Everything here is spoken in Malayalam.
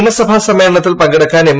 നിയമസഭാ സമ്മേളനത്തിൽ പങ്കെടുക്കാൻ എം